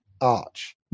Arch